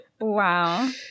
Wow